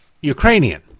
Ukrainian